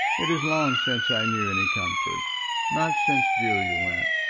it is long since i knew any comfort not since julia went.